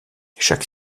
chaque